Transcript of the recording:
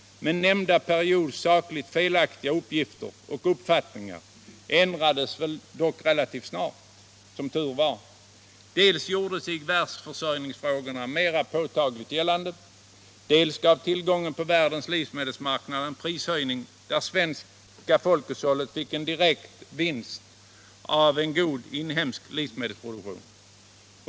Men nämnda periods sakligt felaktiga uppgifter och uppfattningar ändrades, som tur var, relativt snart. Dels gjorde sig världsförsörjningsfrågorna mera påtagligt gällande, dels gav tillgången på världens livsmedelsmarknader en prishöjning, där det svenska folkhushållet fick en direkt vinst av en god inhemsk livsmedelsproduktion.